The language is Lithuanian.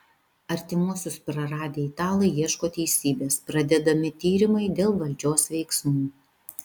artimuosius praradę italai ieško teisybės pradedami tyrimai dėl valdžios veiksmų